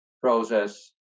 process